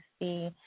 see